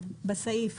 בסעיף.